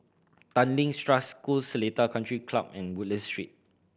Tanglin Trust School Seletar Country Club and Woodland Street